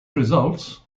results